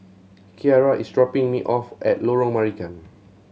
Kiarra is dropping me off at Lorong Marican